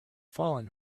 fallen